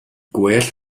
gwell